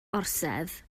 orsedd